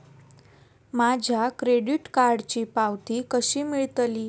माझ्या क्रेडीट कार्डची पावती कशी मिळतली?